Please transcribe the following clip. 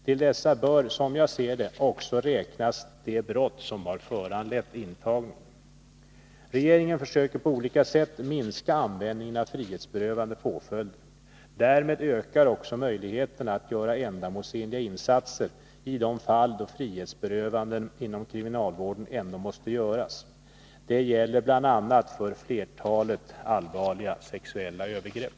Till dessa bör, som jag ser det, också räknas det brott som har föranlett intagningen. Regeringen försöker på olika sätt minska användningen av frihetsberövande påföljder. Därmed ökar också möjligheterna att göra ändamålsenliga insatser i de fall då frihetsberövanden inom kriminalvården ändå måste göras. Det gäller bl.a. för flertalet allvarliga sexuella övergrepp.